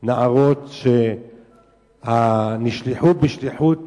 נערות שנשלחו בשליחות